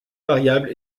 variable